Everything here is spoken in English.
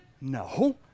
No